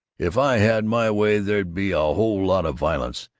if i had my way, there'd be a whole lot of violence,